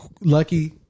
lucky